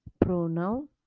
pronoun